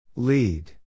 Lead